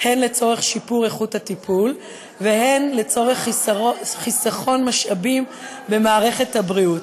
הן לצורך שיפור איכות הטיפול והן לצורך חיסכון משאבים במערכת הבריאות.